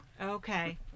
Okay